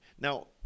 Now